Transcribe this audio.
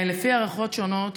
לפי הערכות שונות,